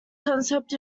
concept